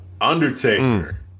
Undertaker